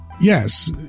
Yes